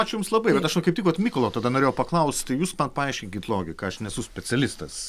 ačiū jums labai bet aš va kaip tik mykolo tada norėjau paklausti jūs man paaiškinkit logiką aš nesu specialistas